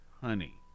honey